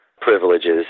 privileges